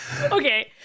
Okay